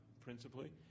principally